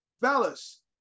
Fellas